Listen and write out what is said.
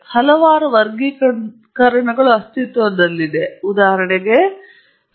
ಈಗ ಮತ್ತೊಮ್ಮೆ ನೀವು ಡೇಟಾ ವಿಶ್ಲೇಷಣೆ ಸಾಹಿತ್ಯಕ್ಕೆ ತಿರುಗಿದಾಗ ನೀವು ವಿವಿಧ ರೀತಿಯ ವರ್ಗೀಕರಣವನ್ನು ಕಾಣಬಹುದು ಹಲವಾರು ವರ್ಗೀಕರಣಗಳು ಅಸ್ತಿತ್ವದಲ್ಲಿವೆ